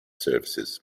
services